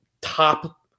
top